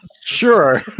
Sure